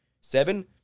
Seven